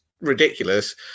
ridiculous